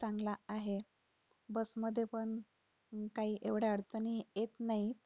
खूप चांगला आहे बसमध्ये पण काही एवढ्या अडचणी येत नाहीत